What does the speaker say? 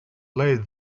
laid